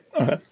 Okay